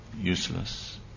useless